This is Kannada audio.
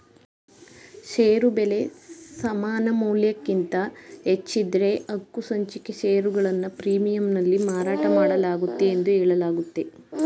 ಷೇರು ಬೆಲೆ ಸಮಾನಮೌಲ್ಯಕ್ಕಿಂತ ಹೆಚ್ಚಿದ್ದ್ರೆ ಹಕ್ಕುಸಂಚಿಕೆ ಷೇರುಗಳನ್ನ ಪ್ರೀಮಿಯಂನಲ್ಲಿ ಮಾರಾಟಮಾಡಲಾಗುತ್ತೆ ಎಂದು ಹೇಳಲಾಗುತ್ತೆ